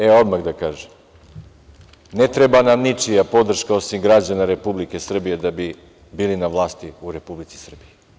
E, odmah da kažem - ne treba nam ničija podrška osim građana Republike Srbije da bi bili na vlasti u Republici Srbiji.